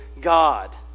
God